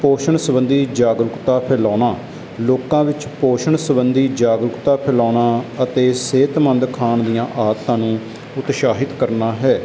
ਪੋਸ਼ਣ ਸੰਬੰਧੀ ਜਾਗਰੂਕਤਾ ਫੈਲਾਉਣਾ ਅਤੇ ਲੋਕਾਂ ਵਿੱਚ ਪੋਸ਼ਣ ਸੰਬੰਧੀ ਜਾਗਰੂਕਤਾ ਫੈਲਾਉਣਾ ਅਤੇ ਸਿਹਤਮੰਦ ਖਾਣ ਦੀਆਂ ਆਦਤਾਂ ਨੂੰ ਉਤਸ਼ਾਹਿਤ ਕਰਨਾ ਹੈ